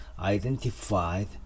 identified